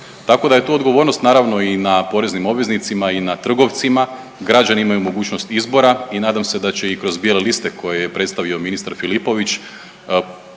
tako da je tu odgovornost naravno i na poreznim obveznicima i na trgovcima, građani imaju mogućnost izbora i nadam se da će i kroz bijele liste koje je predstavio ministar Filipović